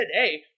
today